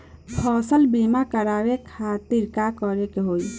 फसल बीमा करवाए खातिर का करे के होई?